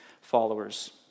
followers